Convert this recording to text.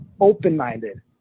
open-minded